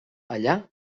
allà